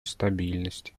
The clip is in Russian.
стабильности